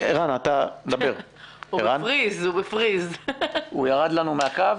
הוא ירד לנו מהקו?